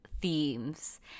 themes